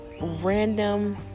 random